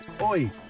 Oi